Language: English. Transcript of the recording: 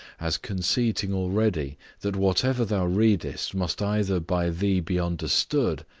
as conceiting already that whatever thou readest must either by thee be understood,